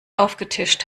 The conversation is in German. aufgetischt